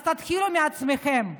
אז תתחילו מעצמכם.